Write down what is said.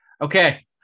Okay